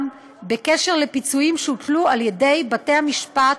בקשר לפיצויים שהוטלו על ידי בתי המשפט